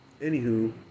anywho